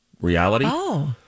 reality